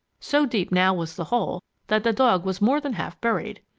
so deep now was the hole that the dog was more than half buried.